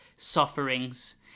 sufferings